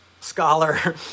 scholar